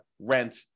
rent